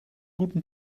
guten